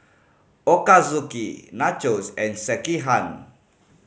Ochazuke Nachos and Sekihan